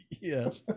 yes